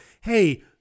hey